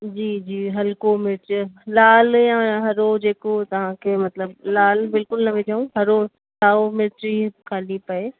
जी जी हल्को मिर्चु लाल या हरो जेको तव्हांखे मतिलब लाल बिल्कुलु न विझूं हरो साओ मिर्चु ई ख़ाली पए